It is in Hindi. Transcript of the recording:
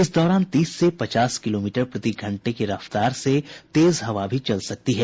इस दौरान तीस से पचास किलोमीटर प्रति घंटे की रफ्तार से तेज हवा भी चल सकती है